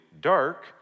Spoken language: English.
dark